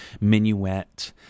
Minuet